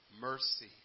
mercy